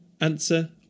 Answer